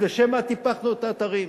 אז לשם מה טיפחנו את האתרים?